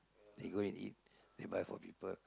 they go and eat they buy for people